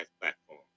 platform